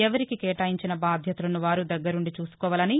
ఎవరికి కేటాయించిన బాధ్యతలను వారు దగ్గరుండి చూసుకోవాలి